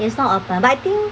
is not open but I think